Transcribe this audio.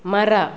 ಮರ